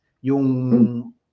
yung